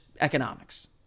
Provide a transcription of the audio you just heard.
economics